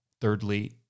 thirdly